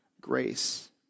grace